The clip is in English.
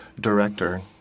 director